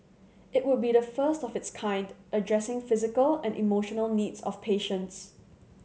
it would be the first of its kind addressing physical and emotional needs of patients